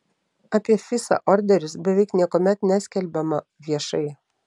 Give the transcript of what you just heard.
apie fisa orderius beveik niekuomet neskelbiama viešai